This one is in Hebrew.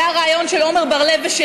היה הרעיון של עמר ושלי,